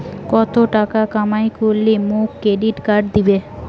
কত টাকা কামাই করিলে মোক ক্রেডিট কার্ড দিবে?